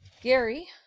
Gary